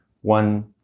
one